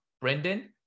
Brendan